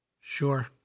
Sure